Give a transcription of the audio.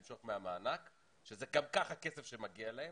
למשוך מהמענק כשזה גם כסף שמגיע להם?